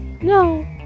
No